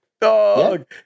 dog